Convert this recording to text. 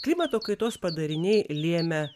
klimato kaitos padariniai lėmę